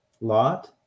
lot